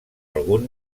algun